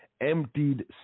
emptied